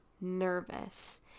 nervous